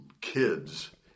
kids